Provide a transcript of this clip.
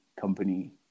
company